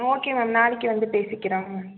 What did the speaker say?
okay ma'am நாளைக்கு வந்து பேசிக்கிறோங்க